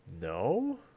no